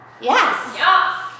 Yes